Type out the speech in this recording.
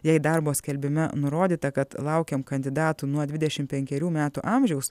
jei darbo skelbime nurodyta kad laukiam kandidatų nuo dvidešim penkerių metų amžiaus